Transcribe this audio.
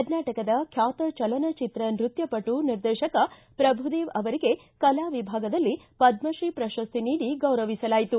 ಕರ್ನಾಟಕದ ಖ್ವಾತ ಚಲನಚಿತ್ರ ನೃತ್ತಪಟು ನಿರ್ದೇಶಕ ಪ್ರಭುದೇವ ಅವರಿಗೆ ಕಲಾ ವಿಭಾಗದಲ್ಲಿ ಪದ್ಮಶ್ರೀ ಪ್ರಶಸ್ತಿ ನೀಡಿ ಗೌರವಿಸಲಾಯಿತು